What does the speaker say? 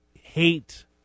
hate